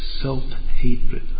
self-hatred